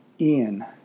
Ian